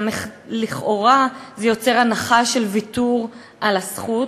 לכאורה זה יוצר הנחה של ויתור על הזכות.